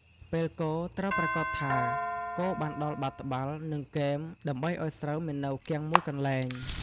ពេលកូរ ត្រូវប្រាកដថាកូរបានដល់បាតត្បាល់ និងគែម ដើម្បីឱ្យស្រូវមិននៅគាំងមួយកន្លែង។